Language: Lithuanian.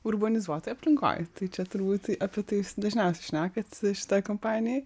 urbanizuotoj aplinkoj tai čia turbūt tai apie tai jūs dažniausiai šnekat šitoj kompanijoj